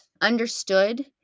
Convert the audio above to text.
understood